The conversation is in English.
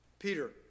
Peter